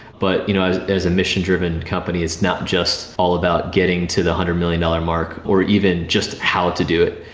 but you know as as a mission-driven company it's not just all about getting to the one hundred million dollar mark, or even just how to do it.